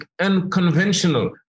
unconventional